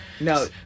No